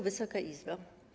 Wysoka Izbo!